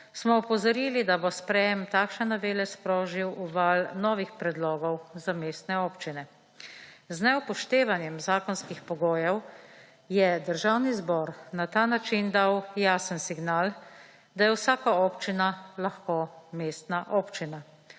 smo opozorili, da bo sprejem takšne novele sprožil val novih predlogov za mestne občine. Z neupoštevanjem zakonskih pogojev je Državni zbor na ta način dal jasen signal, da je vsaka občina lahko mestna občina.